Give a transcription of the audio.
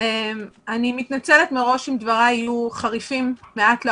אני מתנצלת מראש אם דבריי יהיו חריפים מעט לאוזן,